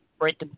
right